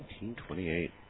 1928